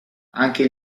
anche